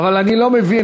אבל אני לא מבין,